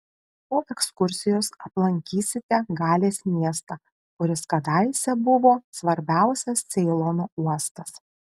po ekskursijos aplankysite galės miestą kuris kadaise buvo svarbiausias ceilono uostas